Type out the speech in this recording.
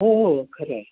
हो हो खरं आहे